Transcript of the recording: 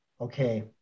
Okay